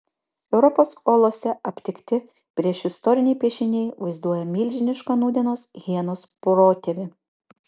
europos olose aptikti priešistoriniai piešiniai vaizduoja milžinišką nūdienos hienos protėvį